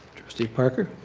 trustee parker?